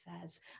says